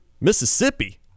Mississippi